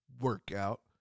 workout